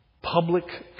public